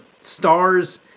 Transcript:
Stars